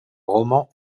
romans